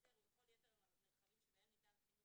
בחצר ובכל יתר המרחבים שבהם ניתן חינוך